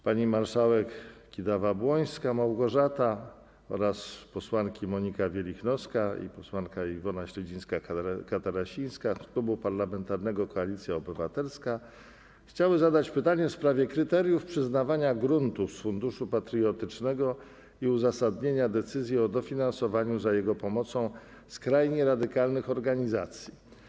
Pani marszałek Małgorzata Kidawa-Błońska oraz posłanki Monika Wielichnowska i Iwona Śledzińska-Katarasińska z Klubu Parlamentarnego Koalicja Obywatelska chciały zadać pytanie w sprawie kryteriów przyznawania gruntów z Funduszu Patriotycznego i uzasadnienia decyzji o finansowaniu za jego pomocą skrajnie radykalnych organizacji.